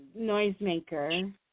noisemaker